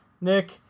Nick